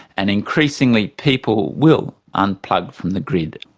and increasingly people will unplug from the grid.